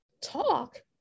talk